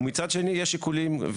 ומצד שני, יש שיקולים.